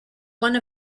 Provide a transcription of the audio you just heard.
one